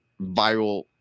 viral